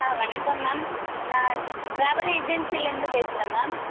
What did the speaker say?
ஆ வணக்கம் மேம் நான் ட்ர ட்ராவல் ஏஜென்சியில் இருந்து பேசுகிறேன் மேம்